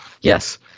Yes